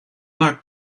like